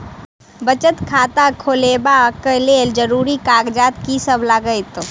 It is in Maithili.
बचत खाता खोलाबै कऽ लेल जरूरी कागजात की सब लगतइ?